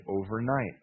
overnight